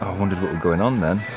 ah wondered what we're going on then.